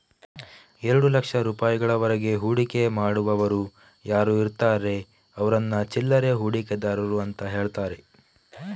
ಎರಡು ಲಕ್ಷ ರೂಪಾಯಿಗಳವರೆಗೆ ಹೂಡಿಕೆ ಮಾಡುವವರು ಯಾರು ಇರ್ತಾರೆ ಅವ್ರನ್ನ ಚಿಲ್ಲರೆ ಹೂಡಿಕೆದಾರರು ಅಂತ ಹೇಳ್ತಾರೆ